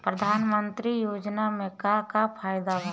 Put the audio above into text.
प्रधानमंत्री योजना मे का का फायदा बा?